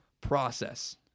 process